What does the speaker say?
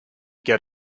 get